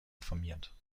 informiert